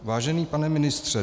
Vážený pane ministře.